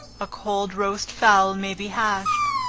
a cold roast fowl may be hashed.